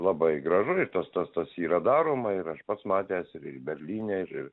labai gražu ir tas tas tas yra daroma ir aš pats matęs ir berlyne ir